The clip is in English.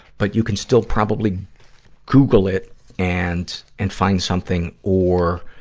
but you can still probably google it and, and find something. or,